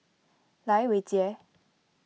Lai Weijie